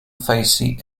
facie